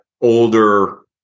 older